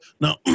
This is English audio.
Now